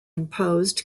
imposed